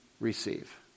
receive